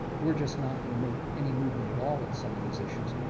we're just not going to make any movement at all, in some of these issues,